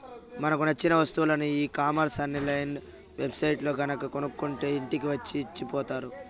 మనకు నచ్చిన వస్తువులని e commerce online web సైట్లల్లో గనక కొనుక్కుంటే ఇంటికి వచ్చి ఇచ్చిపోతారు